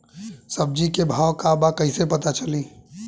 सब्जी के भाव का बा कैसे पता चली?